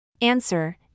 Answer